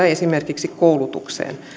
esimerkiksi koulutukseen